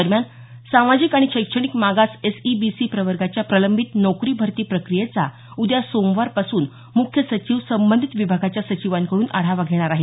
दरम्यान सामाजिक आणि शैक्षणिक मागास एसईबीसी प्रवर्गाच्या प्रलंबित नोकर भरती प्रक्रियेचा उद्या सोमवारपासून मुख्य सचिव संबंधित विभागाच्या सचिवांकडून आढावा घेणार आहेत